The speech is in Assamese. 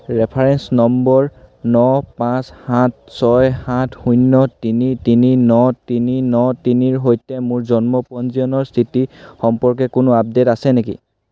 ৰেফাৰেন্স নম্বৰ ন পাঁচ সাত ছয় সাত শূন্য তিনি তিনি ন তিনি ন তিনিৰ সৈতে মোৰ জন্ম পঞ্জীয়নৰ স্থিতি সম্পৰ্কে কোনো আপডেট আছে নেকি